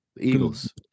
Eagles